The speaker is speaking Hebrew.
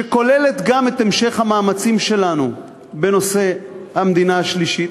שכוללת גם את המשך המאמצים שלנו בנושא המדינה השלישית,